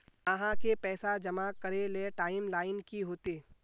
आहाँ के पैसा जमा करे ले टाइम लाइन की होते?